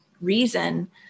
reason